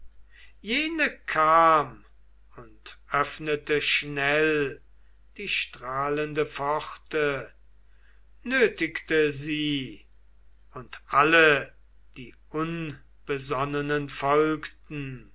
jene kam und öffnete schnell die strahlende pforte nötigte sie und alle die unbesonnenen folgten